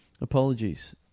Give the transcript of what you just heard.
Apologies